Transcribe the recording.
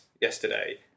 yesterday